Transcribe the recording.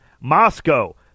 Moscow